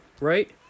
Right